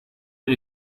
bir